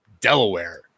Delaware